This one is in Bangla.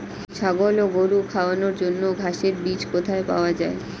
ছাগল ও গরু খাওয়ানোর জন্য ঘাসের বীজ কোথায় পাওয়া যায়?